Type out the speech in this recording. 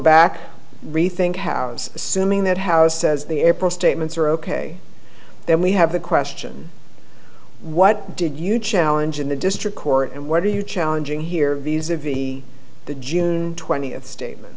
back rethink house assuming that house says the april statements are ok then we have the question what did you challenge in the district court and what are you challenging here visa v the june twentieth statement